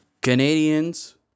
Canadians